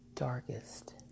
darkest